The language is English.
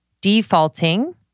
defaulting